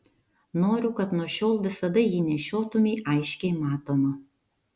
noriu kad nuo šiol visada jį nešiotumei aiškiai matomą